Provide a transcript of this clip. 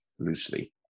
loosely